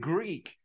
Greek